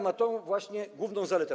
ma tę właśnie główną zaletę.